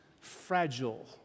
fragile